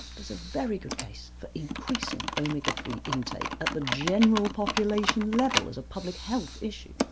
there's a very good case for increasing and omega three intake at the general population level as a public health issue.